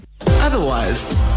Otherwise